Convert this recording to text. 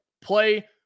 play